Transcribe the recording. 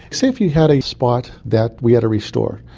say if you had a spot that we had to restore,